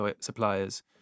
suppliers